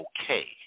okay